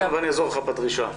אני אעזור לך בדרישה.